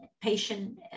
patient